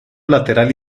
lateral